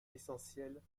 essentielles